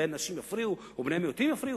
ונשים יפריעו ובני מיעוטים יפריעו.